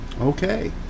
Okay